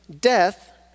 death